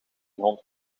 grond